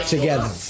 Together